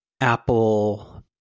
Apple